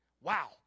Wow